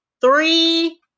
Three